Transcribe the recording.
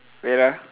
wait ah